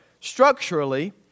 structurally